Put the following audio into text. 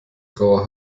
graue